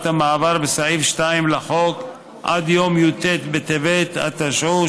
המעבר בסעיף 2 לחוק עד יום י"ט בטבת התשע"ו,